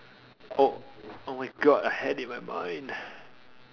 oh oh my god I had it in my mind